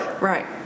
Right